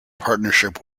partnership